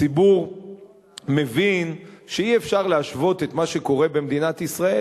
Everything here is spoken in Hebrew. הציבור מבין שאי-אפשר להשוות את מה שקורה במדינת ישראל